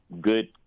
good